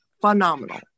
phenomenal